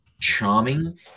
charming